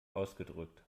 ausgedrückt